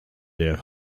der